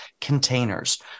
containers